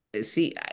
See